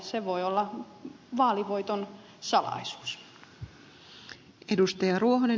se voi olla vaalivoiton salaisuus